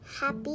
happy